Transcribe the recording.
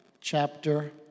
chapter